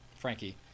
Frankie